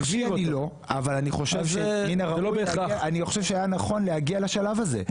אני לא נביא אבל אני חושב שהיה נכון להגיע לשלב הזה.